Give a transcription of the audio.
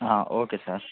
okay sir